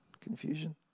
confusion